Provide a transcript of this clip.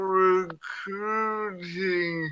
recruiting